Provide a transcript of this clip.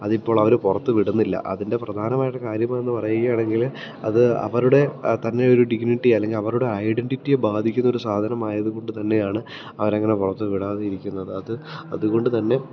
അതിപ്പോൾ അവര് പുറത്തുവിടുന്നില്ല അതിൻ്റെ പ്രധാനമായിട്ടുള്ള കാര്യമെന്ന് പറയുകയാണെങ്കില് അത് അവരുടെ തന്നെയൊരു ഡിഗ്നിറ്റി അല്ലെങ്കിൽ അവരുടെ ഐഡൻ്റിറ്റിയെ ബാധിക്കുന്ന ഒരു സാധനമായതുകൊണ്ടുതന്നെയാണ് അവരങ്ങനെ പുറത്തുവിടാതെയിരിക്കുന്നത് അത് അതുകൊണ്ടുതന്നെ